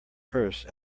purse